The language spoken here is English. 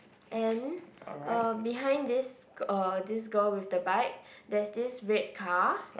and uh behind this g~ uh this girl with the bike there's this red car